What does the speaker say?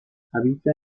habita